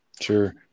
Sure